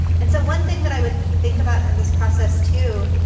and so one thing that i would think about in this process, too,